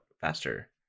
faster